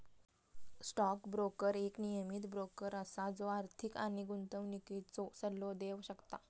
stock broker एक नियमीत broker असा जो आर्थिक आणि गुंतवणुकीचो सल्लो देव शकता